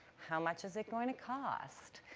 how much is it going to cost?